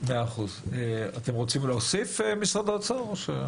אתם רוצים להוסיף, משרד האוצר?